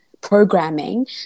programming